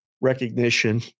recognition